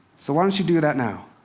so why don't you do that now?